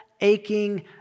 aching